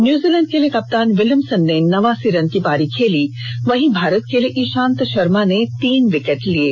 New Zealand के लिए कप्तान विलियम्सन ने नवासी रन की पारी खेली वहीं भारत के लिए इशांत शर्मा ने तीन विकेट लिये